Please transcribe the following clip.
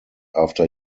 after